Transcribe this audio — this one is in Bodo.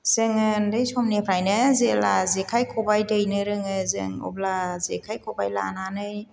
जोङो उन्दै समनिफ्रायनो जेला जेखाइ खबाइ दैनो रोङो जों अब्ला जेखाइ खबाइ लानानै